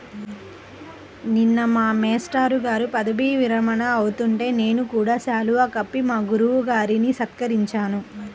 నిన్న మా మేష్టారు పదవీ విరమణ అవుతుంటే నేను కూడా శాలువా కప్పి మా గురువు గారిని సత్కరించాను